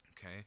Okay